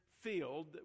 field